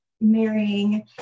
marrying